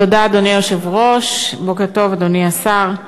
אדוני היושב-ראש, תודה, בוקר טוב, אדוני השר.